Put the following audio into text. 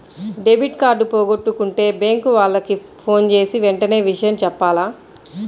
debit card పోగొట్టుకుంటే bank వాళ్లకి ఫోన్జేసి వెంటనే విషయం జెప్పాల